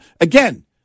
again